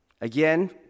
Again